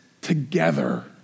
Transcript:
together